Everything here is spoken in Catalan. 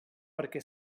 perquè